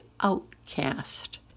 outcast